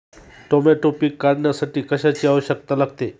Tomato पीक काढण्यासाठी कशाची आवश्यकता लागते?